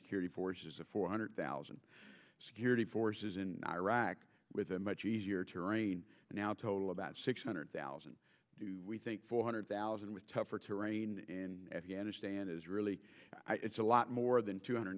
security forces a four hundred thousand security forces in iraq with a much easier to reign now total about six hundred thousand we think four hundred thousand with tougher terrain in afghanistan is really a lot more than two hundred